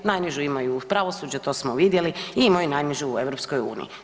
Najnižu imaju u pravosuđe, to smo vidjeli i imaju najnižu u EU.